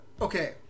Okay